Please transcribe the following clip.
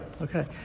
Okay